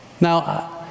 Now